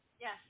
Yes